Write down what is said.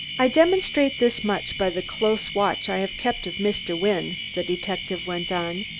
i demonstrate this much by the close watch i have kept of mr. wynne, the detective went on,